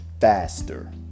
faster